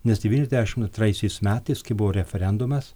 net devyniasdešim antraisiais metais kai buvo referendumas